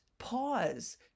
Pause